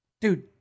Dude